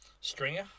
Stringer